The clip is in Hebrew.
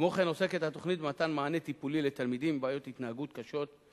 כמו כן עוסקת התוכנית במתן מענה טיפולי לתלמידים עם בעיות התנהגות קשות,